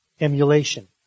emulation